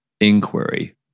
inquiry